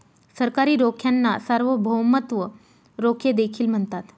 सरकारी रोख्यांना सार्वभौमत्व रोखे देखील म्हणतात